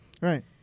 right